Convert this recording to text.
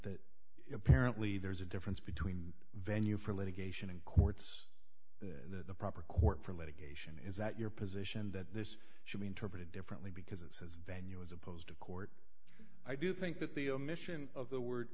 it apparently there's a difference between venue for litigation and courts the proper court for litigation is that your position that this should be interpreted differences venue as opposed to court i do think that the omission of the word